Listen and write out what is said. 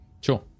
Sure